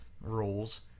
Rules